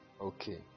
Okay